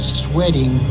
sweating